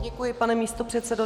Děkuji, pane místopředsedo.